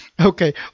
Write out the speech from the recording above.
Okay